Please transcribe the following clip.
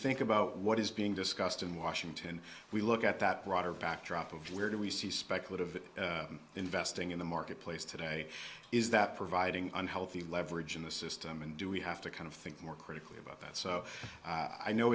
think about what is being discussed in washington we look at that broader backdrop of where do we see speculative investing in the marketplace today is that providing unhealthy leverage in the system and do we have to kind of think more critically about that so i know